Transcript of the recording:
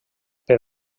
per